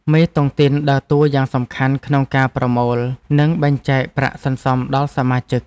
មេតុងទីនដើរតួយ៉ាងសំខាន់ក្នុងការប្រមូល និងបែងចែកប្រាក់សន្សំដល់សមាជិក។